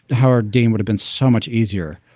howard dean would have been so much easier.